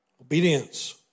Obedience